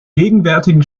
gegenwärtigen